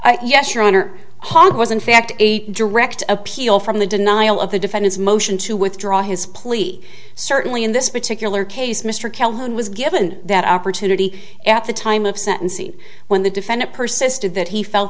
e yes your honor hog was in fact eight direct appeal from the denial of the defendant's motion to withdraw his plea certainly in this particular case mr calhoun was given that opportunity at the time of sentencing when the defendant persisted that he felt